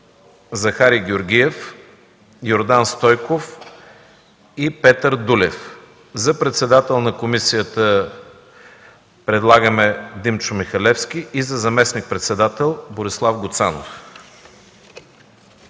Захари Георгиев, Йордан Стойков и Петър Дулев. За председател на комисията предлагаме Димчо Михалевски и за заместник-председател – Борислав Гуцанов.